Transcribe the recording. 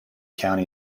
county